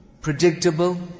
predictable